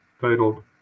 titled